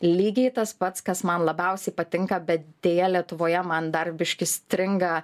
lygiai tas pats kas man labiausiai patinka bet deja lietuvoje man dar biškį stringa